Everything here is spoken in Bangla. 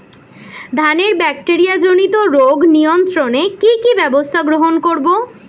ধানের ব্যাকটেরিয়া জনিত রোগ নিয়ন্ত্রণে কি কি ব্যবস্থা গ্রহণ করব?